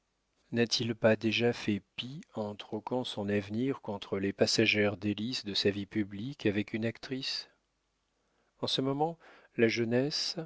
n'a-t-il pas déjà fait pis en troquant son avenir contre les passagères délices de sa vie publique avec une actrice en ce moment la jeunesse